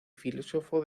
filósofo